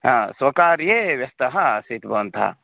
हा स्वकार्ये व्यस्तः आसीत् भवन्तः